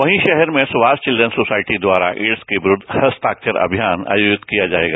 वहीं शहर में सुभाष विल्ड़न सोसायटी द्वारा एड़स के विरुढ़ हस्ताक्षर अभियान आयोजित किया जाएगा